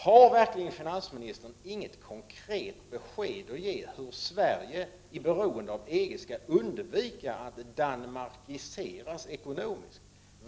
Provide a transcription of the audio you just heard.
Har finansministern verkligen inget konkret besked att ge om hur Sverige i beroende av EG skall undvika att ”danmarkiseras” ekonomiskt?